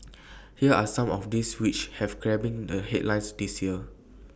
here are some of those which have grabbing the headlines this year